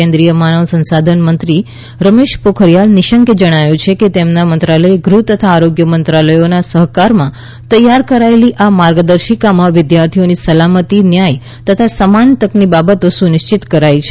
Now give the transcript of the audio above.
કેન્દ્રિય માનવ સંસાધનમંત્રી રમેશ પોખરીયાલ નિશંકે જણાવ્યું છેક તેમના મંત્રાલયે ગૃહ તથા આરોગ્ય મંત્રાલયોના સહકારમાં તૈયાર કરાયેલી આ માર્ગદર્શિકામાં વિદ્યાર્થીઓની સલામતી ન્યાય તથા સમાન તકની બાબતો સુનિશ્ચિત કરાઈ છે